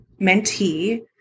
mentee